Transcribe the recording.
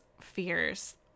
fears